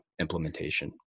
implementation